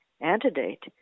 antedate